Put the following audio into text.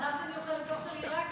מזל שאני אוכלת אוכל עיראקי.